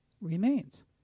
remains